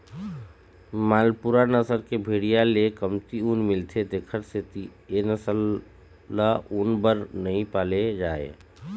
मालपूरा नसल के भेड़िया ले कमती ऊन मिलथे तेखर सेती ए नसल ल ऊन बर नइ पाले जाए